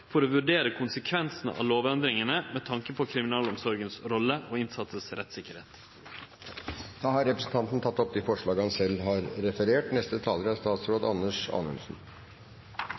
for å vurdere konsekvensene av lovendringene med tanke på kriminalomsorgens rolle og innsattes rettssikkerhet.» Representanten Bård Vegar Solhjell har tatt opp de forslagene han